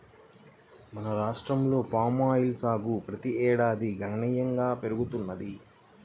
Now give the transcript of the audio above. మన రాష్ట్రంలో పామాయిల్ సాగు ప్రతి ఏడాదికి గణనీయంగా పెరుగుతున్నది